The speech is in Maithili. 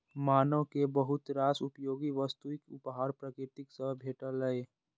मानव कें बहुत रास उपयोगी वस्तुक उपहार प्रकृति सं भेटलैए